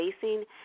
facing